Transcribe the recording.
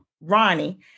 Ronnie